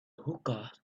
hookahs